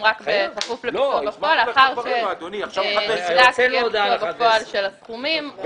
רק בכפוף לביצוע בפועל לאחר שנבדק שיש ביצוע בפועל של הסכומים.